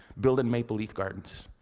building maple leaf gardens.